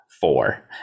four